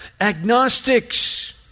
Agnostics